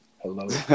Hello